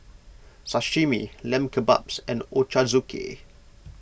Sashimi Lamb Kebabs and Ochazuke